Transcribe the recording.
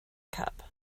cup